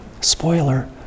Spoiler